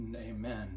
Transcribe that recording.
amen